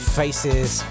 faces